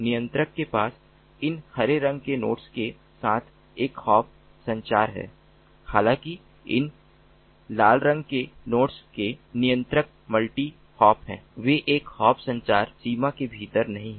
नियंत्रक के पास इन हरे रंग के नोड्स के साथ एक हॉप संचार है हालाँकि इन लाल रंग के नोड्स के नियंत्रक मल्टी हॉप हैं वे एक हॉप संचार सीमा के भीतर नहीं हैं